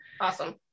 Awesome